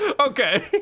Okay